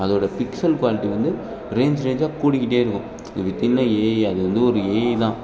அதோடய pixel quality வந்து range ரேஞ்சாக கூடிக்கிட்டே இருக்கும் இது வித்தின்னா ஏஐ அது வந்து ஒரு ஏஐ தான்